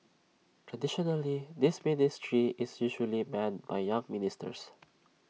traditionally this ministry is usually manned by younger ministers